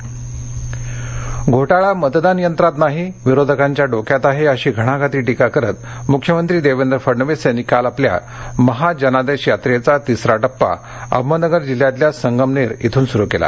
फडणविस घोठाळा मतदान यंत्रात नाही विरोधकांच्या डोक्यात आहे अशी घणाघाती रिका करत मुख्यमंत्री देवेंद्र फडणवीस यांनी काल आपल्या महा जनादेश यात्रेचा तिसरा प्पा अहमदनगर जिल्ह्यातल्या संगमनेर इथून सुरू केला